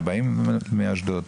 ובאים מאשדוד,